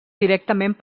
directament